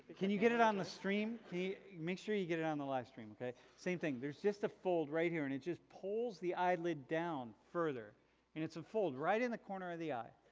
can you get it on the stream? make sure you get it on the live stream, okay? same thing. there's just a fold right here and it just pulls the eyelid down further and it's a fold right in the corner of the eye,